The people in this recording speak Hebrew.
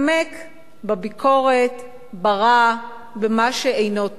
להתעמק בביקורת, ברע, במה שאינו טוב.